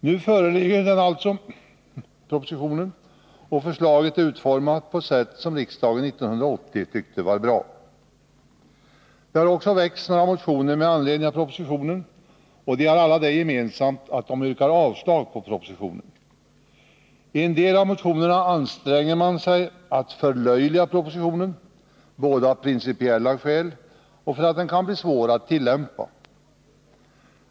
Nu föreligger alltså propositionen, och förslaget är utformat på sätt som riksdagen 1980 tyckte var bra. Det har också väckts några motioner med anledning av propositionen, och de har alla det gemensamt att motionärerna yrkar avslag på propositionen. I en del av motionerna anstränger man sig att förlöjliga propositionen, både av principiella skäl och därför att den kan bli svår att tillämpa.